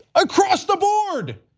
across the board.